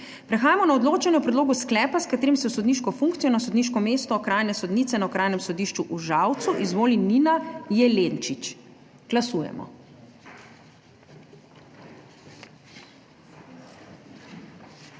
Prehajamo na odločanje o predlogu sklepa, s katerim se v sodniško funkcijo na sodniško mesto okrajne sodnice na Okrajnem sodišču v Žalcu izvoli Nina Jelenčić. Glasujemo.